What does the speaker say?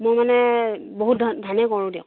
মোৰ মানে বহুত ধা ধানেই কৰোঁ দিয়ক